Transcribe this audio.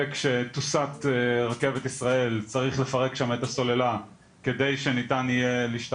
וכשתוסט רכבת ישראל צריך לפרק שם את הסוללה כדי שהמרחב